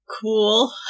Cool